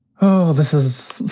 oh, this is